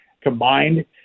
combined